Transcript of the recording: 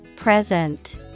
Present